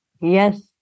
Yes